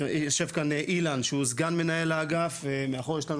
יושב כאן אילן שהוא סגן מנהל אגף ומאחור יש לנו